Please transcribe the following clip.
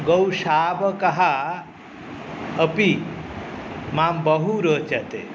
गौशावकः अपि मां बहु रोचते